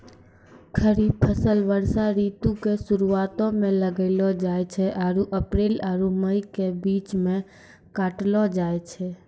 खरीफ फसल वर्षा ऋतु के शुरुआते मे लगैलो जाय छै आरु अप्रैल आरु मई के बीच मे काटलो जाय छै